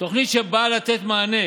תוכנית שבאה לתת מענה